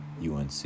UNC